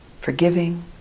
forgiving